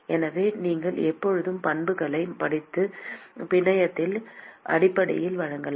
எனவே நீங்கள் எப்போதும் பண்புகளை படித்து பிணையத்தின் அடிப்படையில் வழங்கலாம்